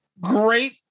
Great